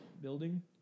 building